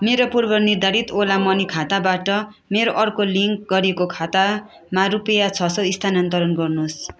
मेरो पूर्वनिर्धारित ओला मनी खाताबाट मेरो अर्को लिङ्क गरिएको खातामा रुपियाँ छ सय स्थानान्तरण गर्नुहोस्